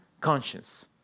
conscience